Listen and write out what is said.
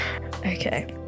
Okay